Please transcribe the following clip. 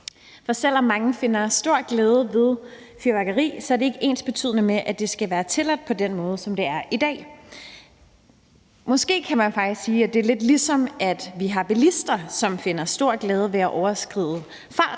For selv om mange finder stor glæde ved fyrværkeri, er det ikke ensbetydende med, at det skal være tilladt på den måde, som det er i dag. Måske kan man faktisk sige, at det er lidt ligesom med de bilister, som finder stor glæde ved at overskride